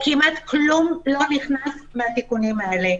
כמעט כלום לא נכנס מהתיקונים האלה,